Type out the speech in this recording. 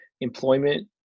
employment